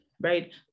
right